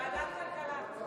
ועדת הכלכלה.